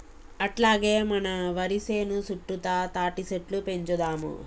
అట్లాగే మన వరి సేను సుట్టుతా తాటిసెట్లు పెంచుదాము